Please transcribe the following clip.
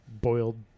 boiled